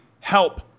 help